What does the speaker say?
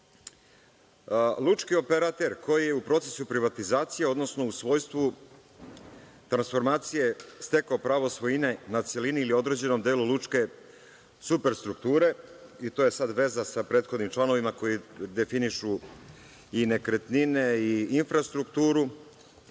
Lučki operater koji je u procesu privatizacije, odnosno u svojstvu transformacije stekao pravo svojine na celini i određenom delu lučke super strukture, i to je sad veza sa prethodnim članovima koji definišu i nekretnine i infrastrukturu. Šta